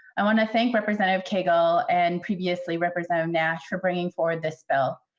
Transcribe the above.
i want to thank representative cagle and previously represented national praying for this bill.